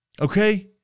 Okay